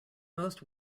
most